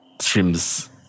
streams